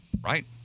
right